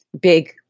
big